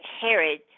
Herod